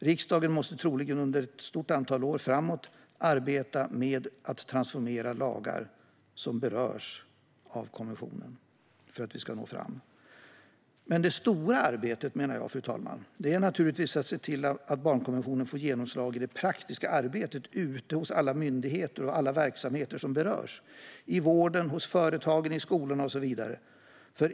Riksdagen måste troligen under ett stort antal år framåt arbeta med att transformera lagar som berörs av konventionen för att vi ska nå fram. Men det stora arbetet, fru talman, är naturligtvis att se till att barnkonventionen får genomslag i det praktiska arbetet ute hos alla myndigheter och verksamheter som berörs: i vården, hos företagen, i skolorna och så vidare.